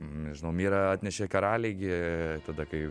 nežinau mirą atnešė karaliai gi tada kai